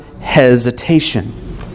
hesitation